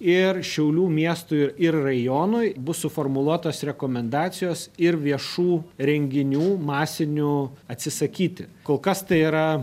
ir šiaulių miestui ir rajonui bus suformuluotos rekomendacijos ir viešų renginių masinių atsisakyti kol kas tai yra